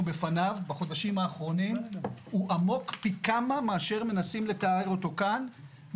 בפניו בחודשים האחרונים הוא עמוק פי כמה מאשר מנסים לתאר אותו כאן,